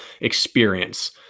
experience